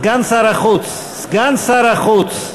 סגן שר החוץ, סגן שר החוץ.